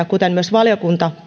kuten myös valiokunta